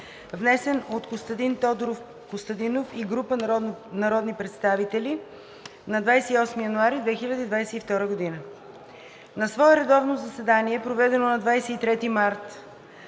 внесен от Костадин Тодоров Костадинов и група народни представители на 28 януари 2022 г. На свое редовно заседание, проведено на 23 март